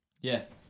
yes